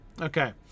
Okay